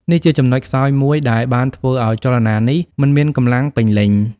នេះជាចំណុចខ្សោយមួយដែលបានធ្វើឱ្យចលនានេះមិនមានកម្លាំងពេញលេញ។